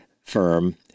firm